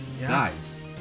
guys